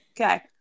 Okay